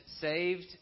saved